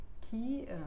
qui